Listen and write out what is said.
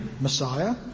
Messiah